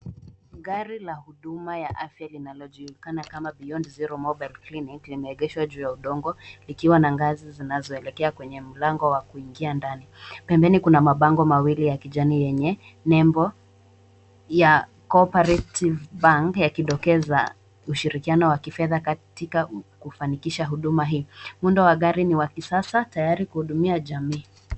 Gari la huduma ya afya linalojulikana kama BEYOND ZERO MOBILE CLINIC, limeegeshwa juu ya udongo, likiwa ngazi zinazoelekea kwenye mlango wa kuingia ndani. Pembeni kuna mabango mawili ya kijani yenye nebo ya COPERATIVE BANK yakidokeza ushirikiano wa kifedha katika kufanikisha huduma hii. Muundo wa gari ni wa kisasa tayari kuhudumia jamii.